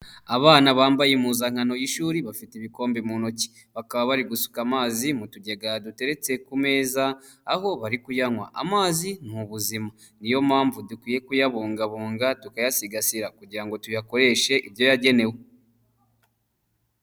Abana bambaye impuzankano y'ishuri bafite ibikombe mu ntoki, bakaba bari gusuka amazi mu tugega duteretse ku meza aho bari kuyanywa, amazi ni ubuzima, niyo mpamvu dukwiye kuyabungabunga, tukayasigasira kugira ngo tuyakoreshe ibyo yagenewe.